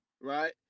right